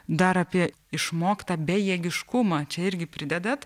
dar apie išmoktą bejėgiškumą čia irgi pridedat